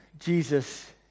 Jesus